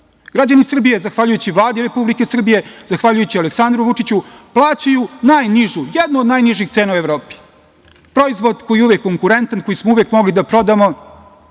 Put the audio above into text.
Građani Srbije, zahvaljujući Vladi Republike Srbije, zahvaljujući Aleksandru Vučiću plaćaju najnižu, jednu od najnižih cena u Evropi, proizvod koji je uvek konkurentan, koji smo uvek mogli da prodamo,